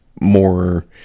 more